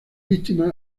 víctimas